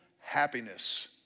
happiness